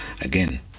again